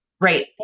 right